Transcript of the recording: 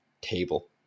table